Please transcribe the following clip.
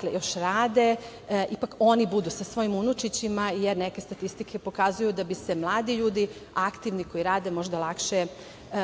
koji još rade, ipak oni budu sa svojim unučićima, jer neke statistike pokazuju da bi se mladi ljudi aktivni, koji rade, možda lakše